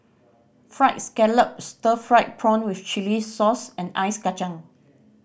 Fried Scallop stir fried prawn with chili sauce and Ice Kachang